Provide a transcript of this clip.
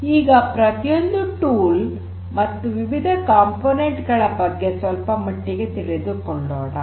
ಈಗ ಪ್ರತಿಯೊಂದು ಉಪಕರಣ ಮತ್ತು ಅದರ ವಿವಿಧ ಘಟಕಗಳ ಬಗ್ಗೆ ಸ್ವಲ್ಪ ಮಟ್ಟಿಗೆ ತಿಳಿದುಕೊಳ್ಳೋಣ